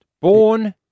Born